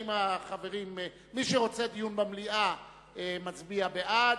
מי שרוצה דיון במליאה מצביע בעד.